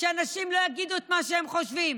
שאנשים לא יגידו את מה שהם חושבים.